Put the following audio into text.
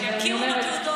שיכירו בתעודות שלהם.